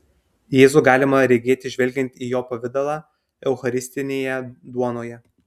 jėzų galima regėti žvelgiant į jo pavidalą eucharistinėje duonoje